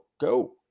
go